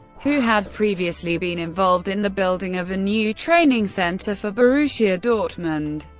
who had previously been involved in the building of a new training center for borussia dortmund.